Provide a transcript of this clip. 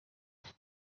until